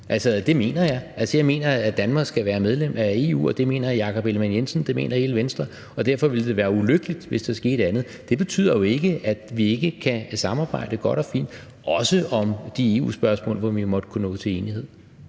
Altså, det mener jeg. Jeg mener, at Danmark skal være medlem af EU – det mener Jakob Ellemann-Jensen, og det mener hele Venstre, og derfor ville det være ulykkeligt, hvis der skete andet. Det betyder jo ikke, at vi ikke kan samarbejde godt og fint – også om de EU-spørgsmål, hvor vi måtte kunne nå til enighed.